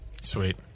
Sweet